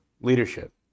leadership